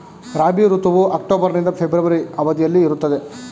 ರಾಬಿ ಋತುವು ಅಕ್ಟೋಬರ್ ನಿಂದ ಫೆಬ್ರವರಿ ಅವಧಿಯಲ್ಲಿ ಇರುತ್ತದೆ